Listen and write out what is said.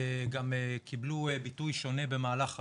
קיבלו ביטוי שונה במהלך הדרך,